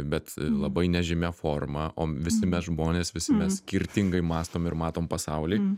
bet labai nežymia forma o visi mes žmonės visi mes skirtingai mąstom ir matom pasaulį